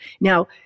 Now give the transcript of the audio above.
Now